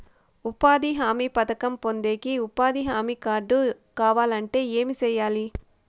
ఉపాధి హామీ పథకం పొందేకి ఉపాధి హామీ కార్డు కావాలంటే ఏమి సెయ్యాలి?